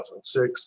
2006